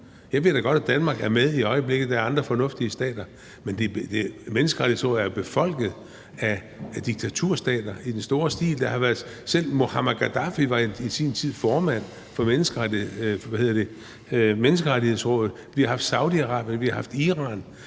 Jeg ved da godt, at Danmark er med i øjeblikket. Der er andre fornuftige stater med. Men Menneskerettighedsrådet er jo befolket af diktaturstater i stor stil. Selv Muammar Gaddafi var i sin tid formand for Menneskerettighedsrådet, og vi har haft Saudi-Arabien og Iran